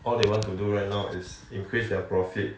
all they want to do right now is increase their profit